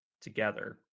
together